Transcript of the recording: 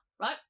right